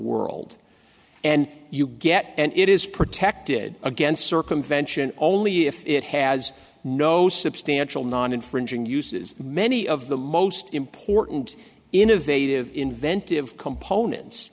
world and you get and it is protected against circumvention only if it has no substantial non infringing uses many of the most important innovative inventive components